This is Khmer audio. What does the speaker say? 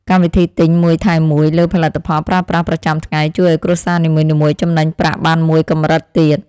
កម្មវិធីទិញមួយថែមមួយលើផលិតផលប្រើប្រាស់ប្រចាំថ្ងៃជួយឱ្យគ្រួសារនីមួយៗចំណេញប្រាក់បានមួយកម្រិតទៀត។